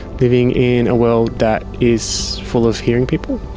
living in a world that is full of hearing people,